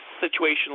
situation